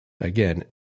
again